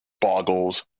boggles